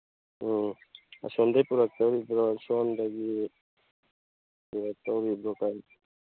ꯎꯝ ꯑꯁꯣꯝꯗꯒꯤ ꯄꯨꯔꯛꯇꯧꯔꯤꯕ꯭ꯔꯣ ꯁꯣꯝꯗꯒꯤ ꯄꯨꯔꯛꯇꯧꯔꯤꯕ꯭ꯔꯣ ꯀꯔꯤ